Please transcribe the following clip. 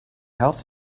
health